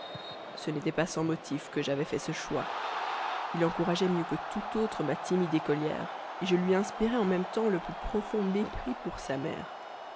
ce n'était pas sans motif que j'avais fait ce choix il encourageait mieux que tout autre ma timide écolière je lui inspirais en même temps le plus profond mépris pour sa mère